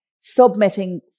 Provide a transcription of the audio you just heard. submitting